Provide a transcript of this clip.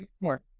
more